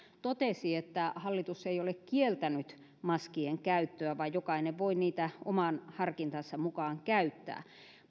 totesi että hallitus ei ole kieltänyt maskien käyttöä vaan jokainen voi niitä oman harkintansa mukaan käyttää